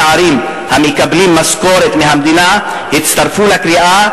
ערים המקבלים משכורת מהמדינה יצטרפו לקריאה,